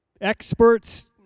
Experts